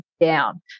down